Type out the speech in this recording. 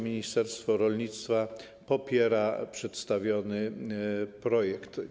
Ministerstwo rolnictwa popiera przedstawiony projekt.